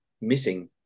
missing